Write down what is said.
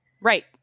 Right